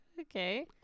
Okay